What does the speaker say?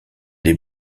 des